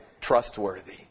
trustworthy